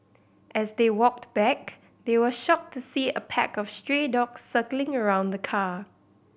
as they walked back they were shocked to see a pack of stray dogs circling around the car